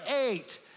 eight